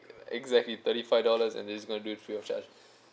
exactly thirty five dollars and this is going to be free of charge